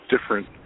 different